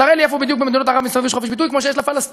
תראה לי איפה בדיוק במדינות ערב מסביב יש חופש ביטוי כמו שיש לפלסטינים